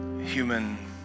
human